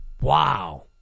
Wow